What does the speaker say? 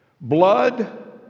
Blood